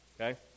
Okay